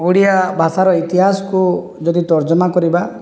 ଓଡ଼ିଆ ଭାଷାର ଇତିହାସକୁ ଯଦି ତର୍ଜମା କରିବା